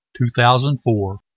2004